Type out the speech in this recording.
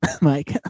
Mike